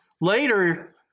later